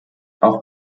auch